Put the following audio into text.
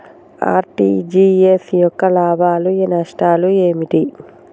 RTGS యొక్క లాభాలు నష్టాలు ఏమిటి?